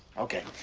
ok.